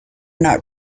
not